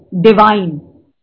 divine